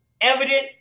evident